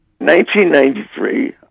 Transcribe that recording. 1993